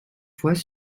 fois